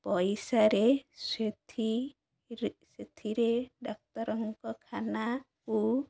ପଇସାରେ ସେଥି ସେଥିରେ ଡାକ୍ତରଙ୍କଖାନାକୁ